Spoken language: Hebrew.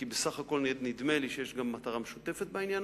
כי בסך הכול נדמה לי שיש מטרה משותפת בעניין